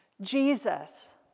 Jesus